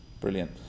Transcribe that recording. Brilliant